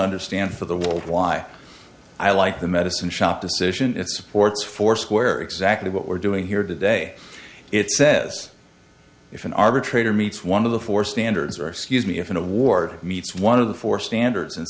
understand for the world why i like the medicine shop decision it supports foursquare exactly what we're doing here today it says if an arbitrator meets one of the four standards or scuse me if an award meets one of the four standards